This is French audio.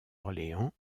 orléans